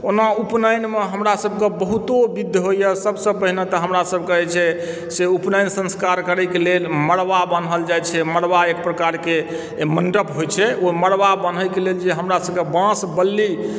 ओना उपनयनमे हमरासभकेँ बहुतो विध होइए सभसँ पहिने तऽ हमरासभकेँ जे छै से उपनयन संस्कार करैके लेल मड़बा बान्हल जाइत छै मड़बा एक प्रकारके मण्डप होइत छै ओ मड़बा बन्हैके लेल जे हमरासभकेँ बाँस बल्ली